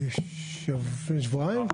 לפני שבועיים.